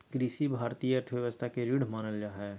कृषि भारतीय अर्थव्यवस्था के रीढ़ मानल जा हइ